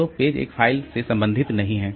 तो पेज एक फाइल से संबंधित नहीं है